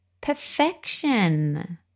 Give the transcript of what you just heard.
perfection